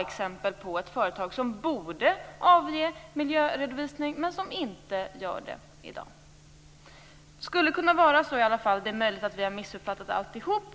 exempel på ett företag som borde avge miljöredovisning men som inte gör det i dag. Det skulle kunna vara så i alla fall. Det är möjligt att vi har missuppfattat alltihop.